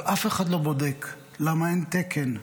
אבל אף אחד לא בודק למה אין תקן,